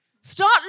start